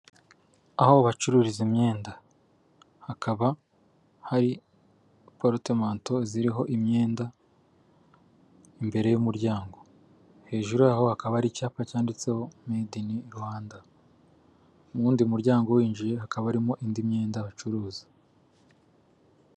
Aho bacururiza imyenda hakaba hari porutemanto ziriho imyenda imbere y'umuryango, hejuru yaho hakaba hari icyapa cyanditseho mede ini Rwanda mu wundi muryango winjiye hakaba harimo indi myenda bacuruza.